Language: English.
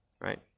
Right